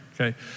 okay